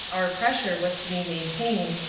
our pressure was to be maintained,